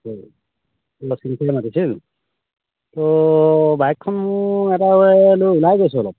ত' বাইকখন মোৰ এটাই লৈ ওলাই গৈছে অলপ